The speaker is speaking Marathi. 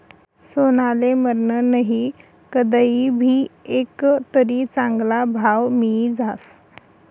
सोनाले मरन नही, कदय भी ईकं तरी चांगला भाव मियी जास